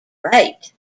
rate